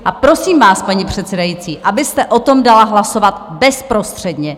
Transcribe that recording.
A prosím vás, paní předsedající, abyste o tom dala hlasovat bezprostředně!